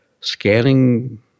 scanning